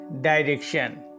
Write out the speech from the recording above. direction